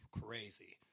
crazy